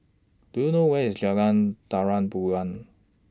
Do YOU know Where IS Jalan Terang Bulan